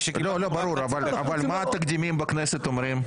לא, ברור, אבל מה התקדימים בכנסת אומרים?